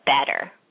better